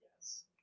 Yes